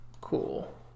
Cool